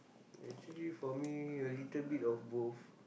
actually for me a little bit of both